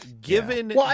given